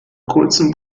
kurzem